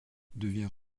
devient